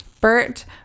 Bert